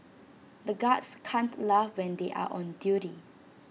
the guards can't laugh when they are on duty